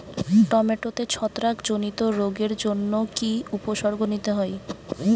টমেটোতে ছত্রাক জনিত রোগের জন্য কি উপসর্গ নিতে হয়?